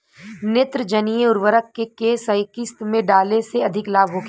नेत्रजनीय उर्वरक के केय किस्त में डाले से अधिक लाभ होखे?